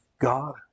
God